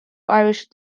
irish